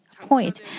point